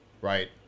Right